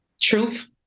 truth